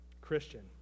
Christian